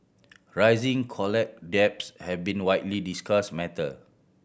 rising college debts have been a widely discuss matter